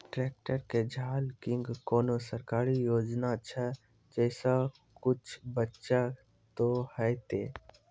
Tractor के झाल किंग कोनो सरकारी योजना छ जैसा कुछ बचा तो है ते?